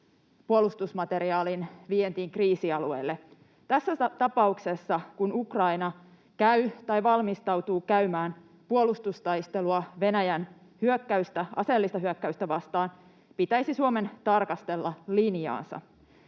puolustusmateriaalin vientiin kriisialueille. Tässä tapauksessa, kun Ukraina käy tai valmistautuu käymään puolustustaistelua Venäjän aseellista hyökkäystä vastaan, pitäisi Suomen tarkastella linjaansa,